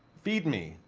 feed me!